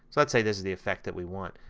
let's say this is the effect that we want.